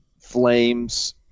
flames